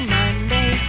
Monday